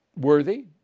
worthy